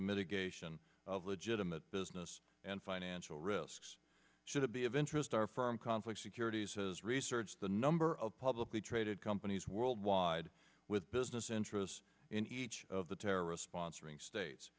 the mitigation of legitimate business and financial risks should be of interest are foreign conflicts securities has researched the number of publicly traded companies worldwide with business interests in each of the terror response ring states